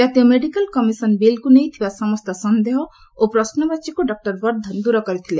କାତୀୟ medical commission ବିଲ୍କୁ ନେଇ ଥିବା ସମସ୍ତ ସନ୍ଦେହ ଓ ପ୍ରଶ୍ରବାଚୀକୁ ଡକୁର ବର୍ଦ୍ଧନ ଦୂର କରିଥିଲେ